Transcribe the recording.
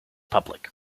public